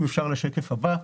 נעבור לשקף הבא.